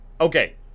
okay